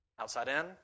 Outside-in